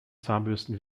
zahnbürsten